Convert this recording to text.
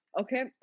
Okay